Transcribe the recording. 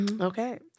Okay